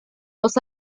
los